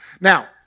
Now